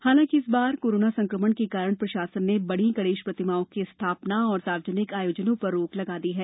हालांकि इस बार कोरोना संकमण के कारण प्रशासन ने बड़ी गणेश प्रतिमाओं की स्थापना और सार्वजनिक आयोजनों पर रोक लगा दी है